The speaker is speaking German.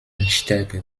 stärke